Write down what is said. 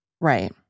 Right